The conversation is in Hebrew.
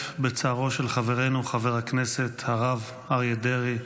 בצערו של חברנו חבר הכנסת הרב אריה דרעי,